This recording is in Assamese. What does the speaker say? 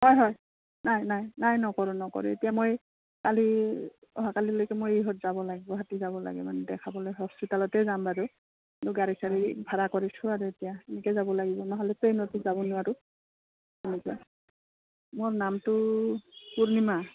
হয় হয় নাই নাই নাই নকৰোঁ নকৰোঁ এতিয়া মই কালি অহাকালিলৈকে মই ইহত যাব লাগিব গুৱাহাটী যাব লাগে মানে দেখাবলৈ হস্পিটালতে যাম বাৰু কিন্তু গাড়ী চাড়ী ভাড়া কৰিছোঁ আৰু এতিয়া এনেকে যাব লাগিব নহ'লে ট্ৰেইনতে যাব নোৱাৰোঁ তেনেকে মোৰ নামটো পূৰ্ণিমা